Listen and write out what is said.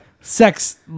sex